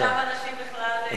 שם הנשים בכלל, בבקשה.